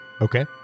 Okay